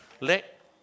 let